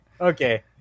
okay